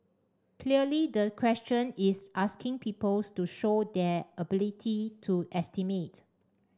clearly the question is asking pupils to show their ability to estimate